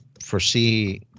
foresee